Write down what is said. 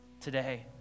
today